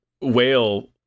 whale